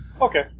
Okay